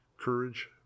Courage